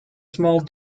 small